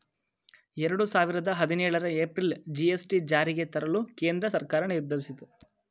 ಎರಡು ಸಾವಿರದ ಹದಿನೇಳರ ಏಪ್ರಿಲ್ ಜಿ.ಎಸ್.ಟಿ ಜಾರಿಗೆ ತರಲು ಕೇಂದ್ರ ಸರ್ಕಾರ ನಿರ್ಧರಿಸಿತು